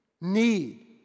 need